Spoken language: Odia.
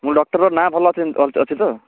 ମୁଁ ଡକ୍ଟର୍ର ନାଁ ଭଲ ଅଛି ତ